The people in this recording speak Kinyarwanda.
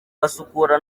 basukura